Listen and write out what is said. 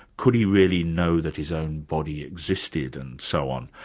could he really know that his own body existed, and so on,